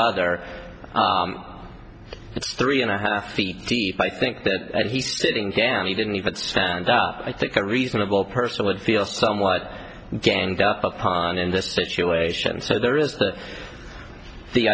other it's three and a half feet deep i think that he's sitting down he didn't even stand up i think a reasonable person would feel somewhat ganged up upon in this situation so there is th